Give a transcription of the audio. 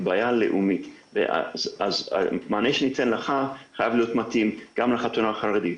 כך שהמענה שאני אתן לך חייב להיות מתאים גם לחתונה החרדית,